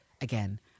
again